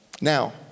now